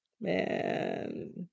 Man